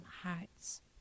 hearts